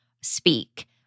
Speak